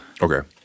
Okay